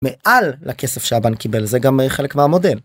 מעל לכסף שהבנק קיבל. זה גם חלק מהמודל.